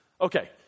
Okay